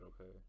okay